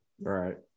Right